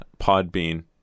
Podbean